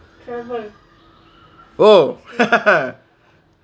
oh